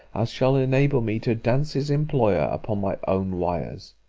as shall enable me to dance his employer upon my own wires?